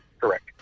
Correct